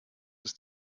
ist